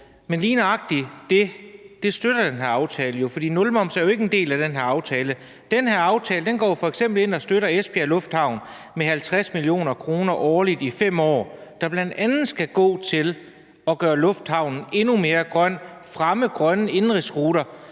Men lige nøjagtig det støtter den her aftale jo, for nulmoms er jo ikke en del af den her aftale. Den her aftale går f.eks. ind og støtter Esbjerg Airport med 50 mio. kr. årligt i 5 år. De skal bl.a. gå til at gøre lufthavnen endnu mere grøn og fremme grønne indenrigsruter.